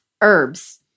herbs